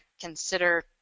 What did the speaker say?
consider